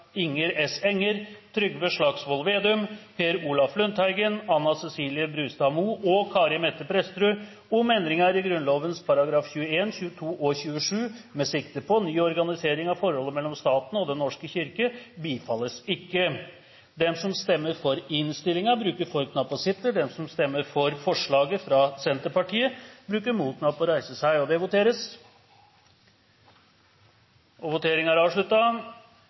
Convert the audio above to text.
Inger S. Enger, Trygve Slagsvold Vedum, Per Olaf Lundteigen, Anna Ceselie Brustad Moe og Kari Mette Prestrud om endringer i Grunnloven §§ 21, 22 og 27 med sikte på ny organisering av forholdet mellom staten og Den norske kirke – bifalles.» Det voteres alternativt mellom dette forslaget og